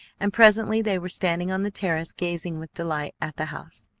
and presently they were standing on the terrace gazing with delight at the house.